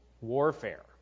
warfare